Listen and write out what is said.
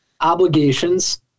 obligations